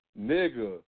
Nigga